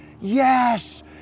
yes